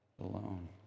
alone